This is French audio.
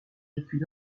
depuis